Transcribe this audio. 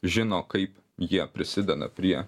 žino kaip jie prisideda prie